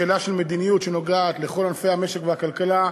כשאלה של מדיניות שנוגעת לכל ענפי המשק והכלכלה,